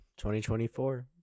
2024